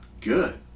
good